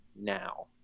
now